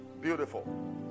Beautiful